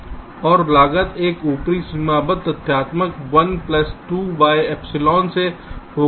और लागत एक ऊपरी सीमाबद्ध तथ्यात्मक 1 प्लस 2 बाय एप्सिलॉन से होगी